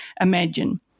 imagine